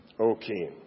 Okay